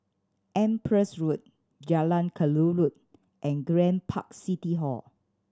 Empress Road Jalan Kelulut and Grand Park City Hall